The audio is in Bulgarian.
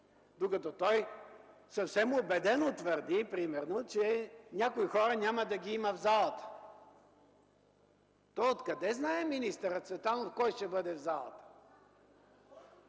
докато той съвсем убедено твърди, че някои хора няма да ги има в залата. Той откъде знае, министърът Цветанов, кой ще бъде в залата?